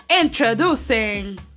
Introducing